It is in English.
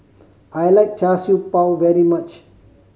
I like Char Siew Bao very much